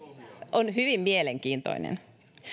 on hyvin mielenkiintoinen